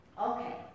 Okay